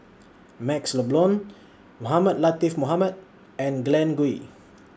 MaxLe Blond Mohamed Latiff Mohamed and Glen Goei